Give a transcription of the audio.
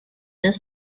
this